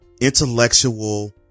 Intellectual